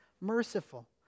merciful